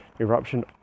eruption